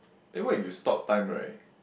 aye what if you stop time right